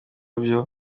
byo